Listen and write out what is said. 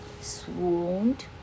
swooned